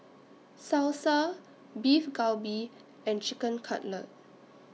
Salsa Beef Galbi and Chicken Cutlet